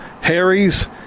Harry's